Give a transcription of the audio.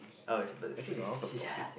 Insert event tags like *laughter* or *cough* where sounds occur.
oh *noise*